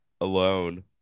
alone